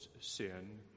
sin